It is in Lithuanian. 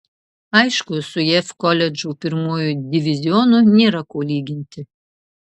aišku su jav koledžų pirmuoju divizionu nėra ko lyginti